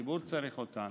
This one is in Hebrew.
הציבור צריך אותן,